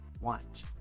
want